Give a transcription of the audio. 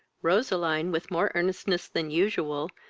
roseline, with more earnestness than usual,